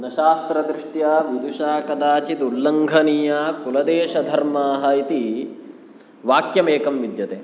न शास्त्रदृष्ट्या विदुषा कदाचिदुल्लङ्घनीया कुलदेशधर्माः इति वाक्यमेकं विद्यते